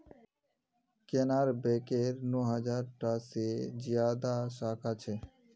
केनरा बैकेर नौ हज़ार टा से ज्यादा साखा छे